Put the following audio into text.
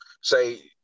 say